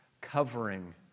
covering